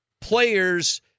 players